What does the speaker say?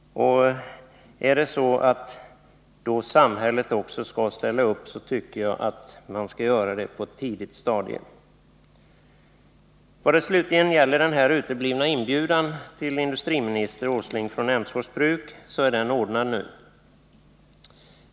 Och är det så att man menar att också samhället skall ställa upp, då tycker jag att det skall ske på ett tidigt stadium. Vad slutligen gäller den uteblivna inbjudan till industriminister Åsling från Emsfors bruk, så är den ordnad nu.